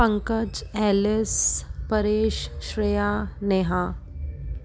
Pankaj Alice Paresh Shreya Neha